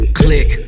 click